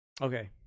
Okay